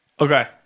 Okay